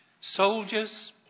soldiers